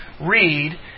read